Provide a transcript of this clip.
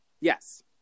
yes